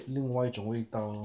另外一种味道 lor